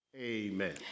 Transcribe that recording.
Amen